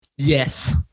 Yes